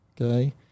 Okay